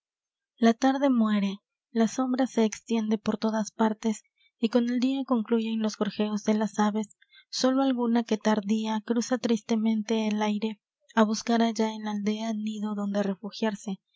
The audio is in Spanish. la tarde muere la sombra se extiende por todas partes y con el dia concluyen los gorjeos de las aves sólo alguna que tardía cruza tristemente el aire á buscar allá en la aldea nido donde refugiarse